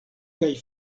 kaj